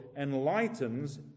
enlightens